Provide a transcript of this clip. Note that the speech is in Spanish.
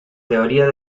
teoría